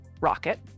rocket